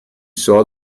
saw